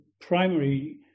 primary